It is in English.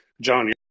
John